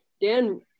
Dan